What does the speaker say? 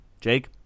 Jake